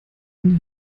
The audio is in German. ihn